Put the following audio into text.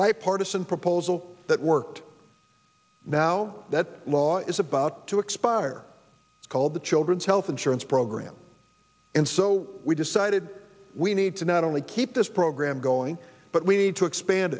bipartisan proposal that worked now that law is about to expire called the children's health insurance program and so we decided we need to not only keep this program going but we need to expand